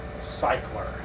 cycler